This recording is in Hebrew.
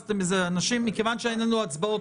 מכיוון שאין לנו הצבעות,